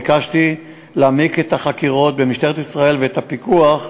ביקשתי להעמיק את החקירות במשטרת ישראל ואת הפיקוח,